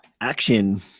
action